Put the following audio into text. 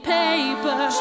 paper